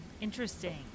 interesting